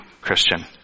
Christian